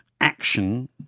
action